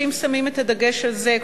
אם שמים את הדגש על זה,